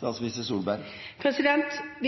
Vi